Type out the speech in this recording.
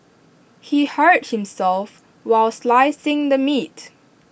he hurt himself while slicing the meat